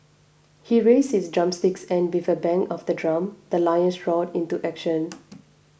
he raised his drumsticks and with a bang of the drum the lions roared into action